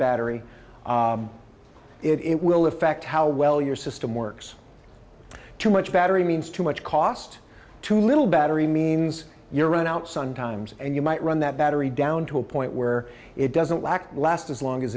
battery it will affect how well your system works too much battery means too much cost too little battery means you're run out sun times and you might run that battery down to a point where it doesn't act last as long as